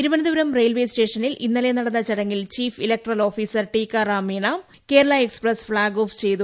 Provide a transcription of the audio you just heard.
Thiruvananthapuram railway സ്റ്റേഷനിൽ ഇന്നലെ നടന്ന ചടങ്ങിൽ chief electoral officer Tikaram Meena Kerala express flag off ചെയ്തു